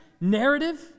narrative